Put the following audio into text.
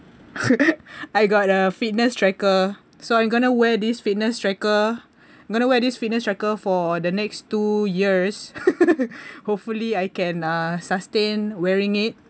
I got a fitness tracker so I'm going to wear this fitness tracker going to wear this fitness tracker for the next two years hopefully I can uh sustain wearing it